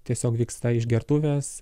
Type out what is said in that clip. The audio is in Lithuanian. tiesiog vyksta išgertuvės